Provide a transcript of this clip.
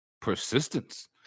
Persistence